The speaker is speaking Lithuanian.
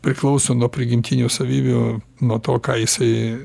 priklauso nuo prigimtinių savybių nuo to ką jisai